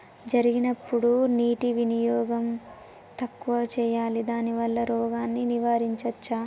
జరిగినప్పుడు నీటి వినియోగం తక్కువ చేయాలి దానివల్ల రోగాన్ని నివారించవచ్చా?